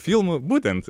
filmų būtent